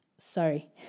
Sorry